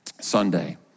Sunday